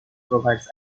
provides